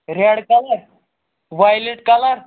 red colour violet colour